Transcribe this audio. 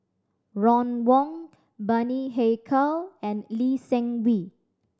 Ron Wong Bani Haykal and Lee Seng Wee